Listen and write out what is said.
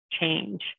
change